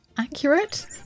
accurate